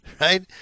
right